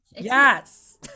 Yes